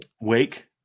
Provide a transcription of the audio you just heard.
Wake